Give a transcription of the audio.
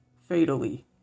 Fatally